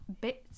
bits